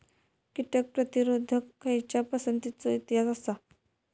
कीटक प्रतिरोधक खयच्या पसंतीचो इतिहास आसा?